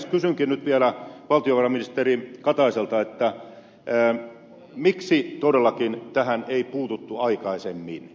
kysynkin nyt vielä valtiovarainministeri kataiselta miksi tähän ei todellakaan puututtu aikaisemmin